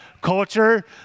culture